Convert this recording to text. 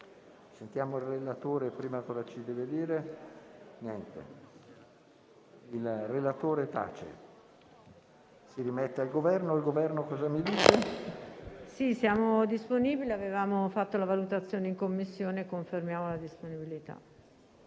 è disponibile. Avendofatto la valutazione in Commissione, confermiamo la disponibilità.